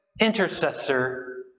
intercessor